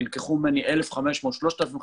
נלקחו ממני 1,500 שקלים,